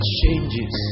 changes